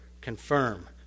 confirm